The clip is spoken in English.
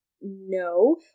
no